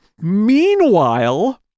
Meanwhile